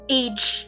age